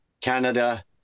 Canada